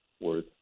worth